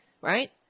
Right